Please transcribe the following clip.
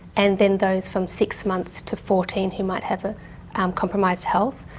and then those from six months to fourteen who might have ah um compromised health.